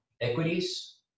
equities